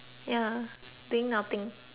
doing nothing